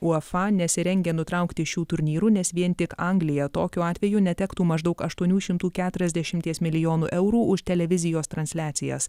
uefa nesirengia nutraukti šių turnyrų nes vien tik anglija tokiu atveju netektų maždaug aštuonių šimtų keturiasdešimties milijonų eurų už televizijos transliacijas